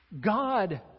God